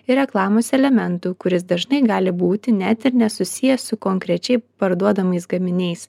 ir reklamos elementų kuris dažnai gali būti net ir nesusijęs su konkrečiai parduodamais gaminiais